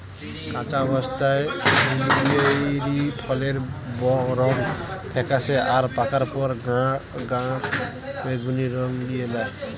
কাঁচা অবস্থায় বুলুবেরি ফলের রং ফেকাশে আর পাকার পর গাঢ় বেগুনী রং লিয়ে ল্যায়